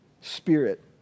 Spirit